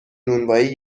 نونوایی